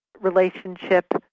relationship